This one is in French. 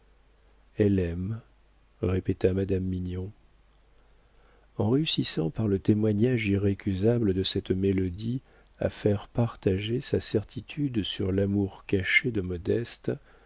elle aime répéta madame mignon en réussissant par le témoignage irrécusable de cette mélodie à faire partager sa certitude sur l'amour caché de modeste